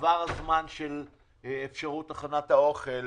עבר הזמן של אפשרות הכנת האוכל